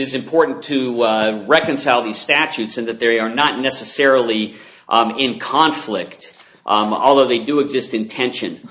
is important to reconcile these statutes and that they are not necessarily in conflict although they do exist in tension